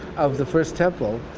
of the first temple,